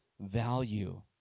value